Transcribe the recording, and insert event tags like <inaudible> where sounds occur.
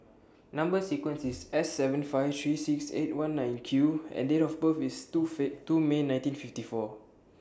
Number sequence IS S seven five three six eight one nine Q and Date of birth IS two <unintelligible> two May nineteen fifty four